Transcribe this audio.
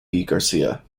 garcia